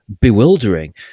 bewildering